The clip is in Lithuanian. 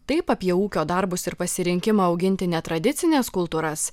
taip apie ūkio darbus ir pasirinkimą auginti netradicines kultūras